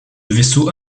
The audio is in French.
vaisseaux